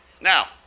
now